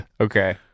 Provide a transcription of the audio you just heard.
Okay